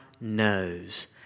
knows